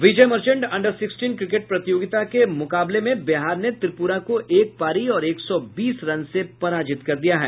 विजय Merchant under sixteen cricket प्रतियोगिता के मुकाबले में बिहार ने त्रिप्रा को एक पारी और एक सौ बीस रन से पराजित कर दिया है